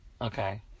Okay